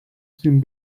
στην